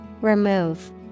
Remove